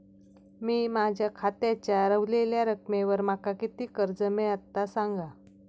मी माझ्या खात्याच्या ऱ्हवलेल्या रकमेवर माका किती कर्ज मिळात ता सांगा?